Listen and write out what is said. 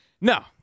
No